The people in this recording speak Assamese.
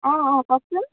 অঁ অঁ কওকচোন